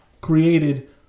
created